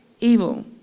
evil